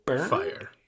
Fire